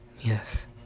Yes